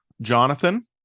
Jonathan